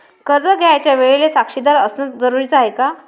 कर्ज घ्यायच्या वेळेले साक्षीदार असनं जरुरीच हाय का?